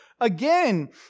again